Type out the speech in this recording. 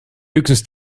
höchstens